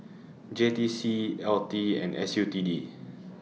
J T C L T and S U T D